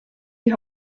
die